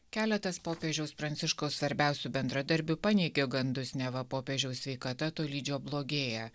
keletas popiežiaus pranciškaus svarbiausių bendradarbių paneigė gandus neva popiežiaus sveikata tolydžio blogėja